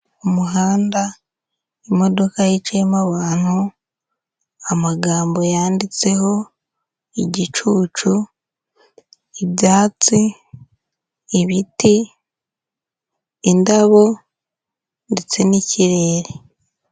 Umuhanda, imodoka yicayemo abantu, amagambo yanditseho igicucu, ibyatsi, ibiti, indabo ndetse n'ikirere.